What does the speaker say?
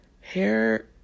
Hair